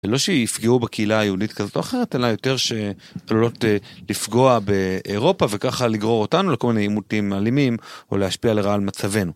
לא שיפגעו בקהילה היהודית כזאת או אחרת אלא יותר שלא לפגוע באירופה וככה לגרור אותנו לכל מיני עימותים אלימים או להשפיע לרע על מצבנו.